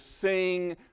sing